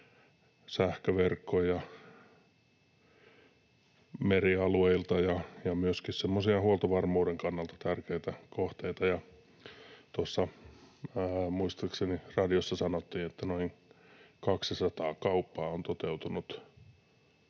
sähköverkkoja merialueilta ja myöskin semmoisia huoltovarmuuden kannalta tärkeitä kohteita. Ja tuossa muistaakseni radiossa sanottiin, että noin 200 kauppaa on toteutunut